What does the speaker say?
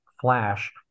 Flash